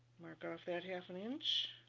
mark off at half an inch